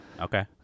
Okay